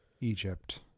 Egypt